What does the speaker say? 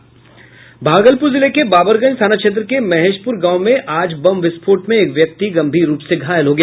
भागलपुर जिले के बबरगंज थाना क्षेत्र के महेशपुर गांव में आज बम विस्फोट में एक व्यक्ति गंभीर रूप से घायल हो गया